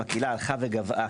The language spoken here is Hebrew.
כך הקהילה הלכה וגוועה.